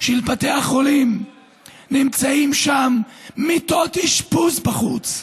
של בתי החולים נמצאות מיטות אשפוז בחוץ.